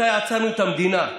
מתי עצרנו את המדינה?